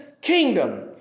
kingdom